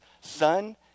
son